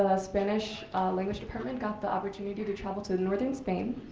ah spanish language department got the opportunity to travel to northern spain.